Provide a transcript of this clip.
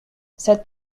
cette